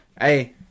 hey